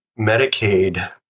Medicaid